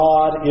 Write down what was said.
God